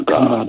God